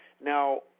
Now